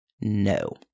no